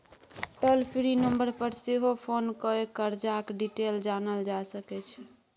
टोल free number पर सेहो phone कए करजाक डिटेल जानल जा सकै छै